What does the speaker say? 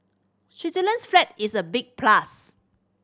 Switzerland's flag is a big plus